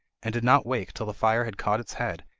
and did not wake till the fire had caught its head,